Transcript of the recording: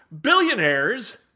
Billionaires